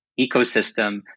ecosystem